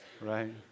Right